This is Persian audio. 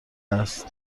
است